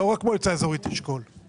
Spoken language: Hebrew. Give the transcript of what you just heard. לא רק מועצה האזורית אשכול,